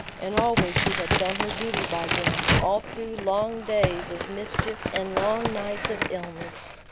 and always she had done her duty by them all through long days of mischief and long nights of illness.